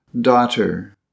Daughter